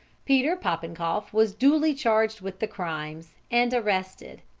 peter popenkoff was duly charged with the crimes, and arrested.